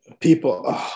People